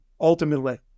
ultimately